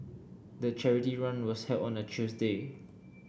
the charity run was held on a Tuesday